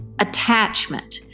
attachment